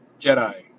Jedi